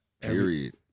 period